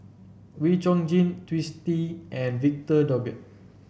Wee Chong Jin Twisstii and Victor Doggett